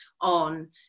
on